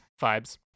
Vibes